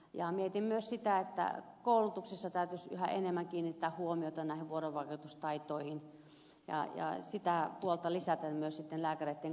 mietin myös sitä että koulutuksessa täytyisi yhä enemmän kiinnittää huomiota vuorovaikutustaitoihin ja sitä puolta lisätä myös lääkäreitten koulutukseen